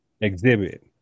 Exhibit